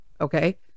Okay